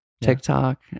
TikTok